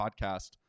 podcast